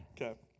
Okay